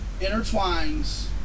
intertwines